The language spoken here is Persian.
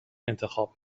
انتخاب